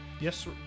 Yes